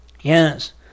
Yes